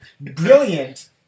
brilliant